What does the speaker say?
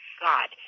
God